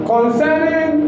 Concerning